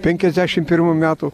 penkiasdešimt pirmų metų